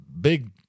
big